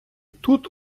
тут